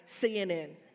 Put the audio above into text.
CNN